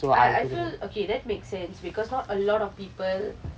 I I feel okay that makes sense because not a lot of people